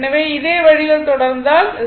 எனவே இதே வழியில் தொடர்ந்தால் r Z கிடைக்கும்